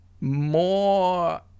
more